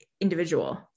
individual